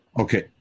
Okay